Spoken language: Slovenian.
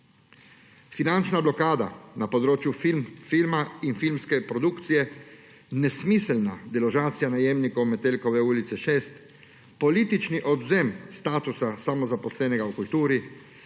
finančna blokada na področju filma in filmske produkcije, nesmiselna deložacija najemnikov Metelkove ulice 6, političen odvzem statusa samozaposlenega v kulturi,